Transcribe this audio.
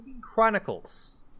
Chronicles